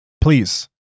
Please